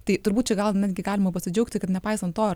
tai turbūt čia gal netgi galima pasidžiaugti kad nepaisant to